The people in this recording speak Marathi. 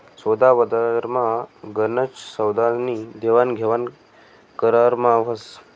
सोदाबजारमा गनच सौदास्नी देवाणघेवाण करारमा व्हस